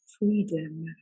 freedom